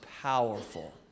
powerful